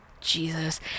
Jesus